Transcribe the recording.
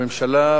הממשלה,